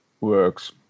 works